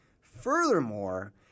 furthermore